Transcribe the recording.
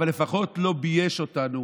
אבל לפחות לא בייש אותנו